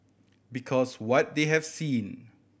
because what they have seen